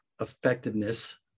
effectiveness